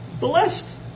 blessed